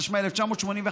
התשמ"א 1981,